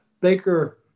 Baker